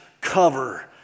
cover